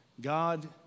God